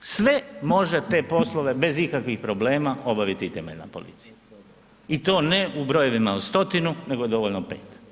Sve može te poslove bez ikakvih problema obaviti i temeljna policija i to ne u brojevima od stotinu nego je dovoljno pet.